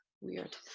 weird